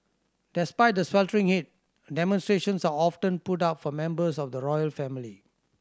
despite the sweltering heat demonstrations are often put up for members of the royal family